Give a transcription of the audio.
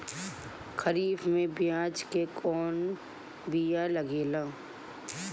खरीफ में प्याज के कौन बीया लागेला?